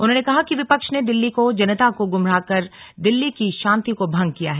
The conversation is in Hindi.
उन्होंने कहा कि विपक्ष ने दिल्ली को जनता को गुमराह कर कर दिल्ली की शांति को भंग किया है